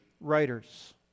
writers